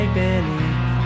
beneath